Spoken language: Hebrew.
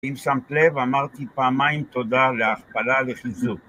אם שמת לב אמרתי פעמיים תודה להכפלה לחיזוק